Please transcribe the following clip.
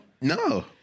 No